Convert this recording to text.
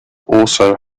also